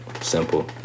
Simple